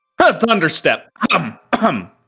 Thunderstep